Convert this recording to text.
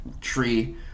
tree